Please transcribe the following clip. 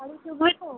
গাড়ি ঢুকবে তো